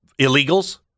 illegals